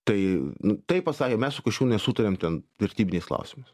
tai nu taip pasakė mes su kasčiūnu nesutariam ten vertybiniais klausimais